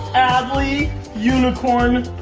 adley unicorn